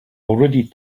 already